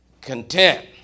content